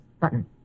Button